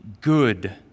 good